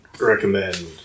recommend